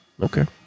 Okay